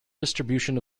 distribution